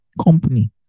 company